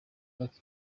pariki